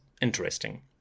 interesting